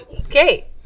Okay